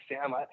Sam